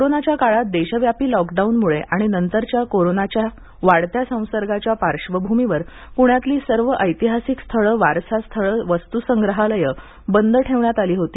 कोरोनाच्या काळात देशव्यापी लॉकडाऊनमुळे आणि नंतरही कोरोनाच्या वाढत्या संसर्गाच्या पार्श्वभूमीवर पुण्यातील सर्व ऐतिहासिक स्थळे वारसास्थळे वस्तूसंग्रहालये बंद ठेवण्यात आली होती